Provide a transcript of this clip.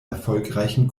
erfolgreichen